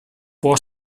può